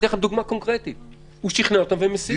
אתן לכם דוגמה קונקרטית הוא שכנע אותם והם הסירו.